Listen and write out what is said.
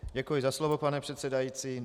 Děkuji za slovo, pane předsedající.